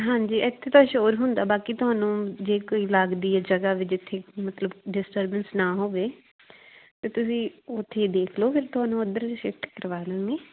ਹਾਂਜੀ ਇੱਥੇ ਤਾਂ ਸ਼ੋਰ ਹੁੰਦਾ ਬਾਕੀ ਤੁਹਾਨੂੰ ਜੇ ਕੋਈ ਲੱਗਦੀ ਹੈ ਜਗ੍ਹਾ ਵੀ ਜਿੱਥੇ ਮਤਲਬ ਡਿਸਟਰਬੈਂਸ ਨਾ ਹੋਵੇ ਅਤੇ ਤੁਸੀਂ ਉੱਥੇ ਦੇਖ ਲਓ ਫਿਰ ਤੁਹਾਨੂੰ ਉੱਧਰ ਸ਼ਿਫਟ ਕਰਵਾ ਦਾਂਗੇ